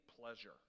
pleasure